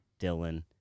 Dylan